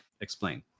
explain